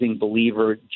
believer